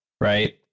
Right